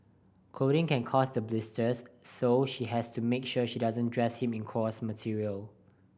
clothing can cause the blisters so she has to make sure she doesn't dress him in coarse material